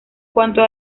cuanto